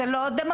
זו לא דמוקרטיה.